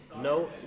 No